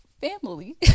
family